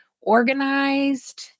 organized